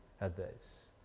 others